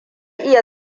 iya